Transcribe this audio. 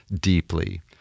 deeply